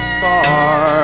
far